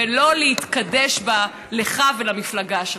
ולא להתקדש בה, לך ולמפלגה שלך.